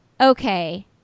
Okay